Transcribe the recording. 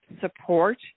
support